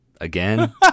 Again